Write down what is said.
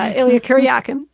ah illya kuryakin.